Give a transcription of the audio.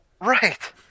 Right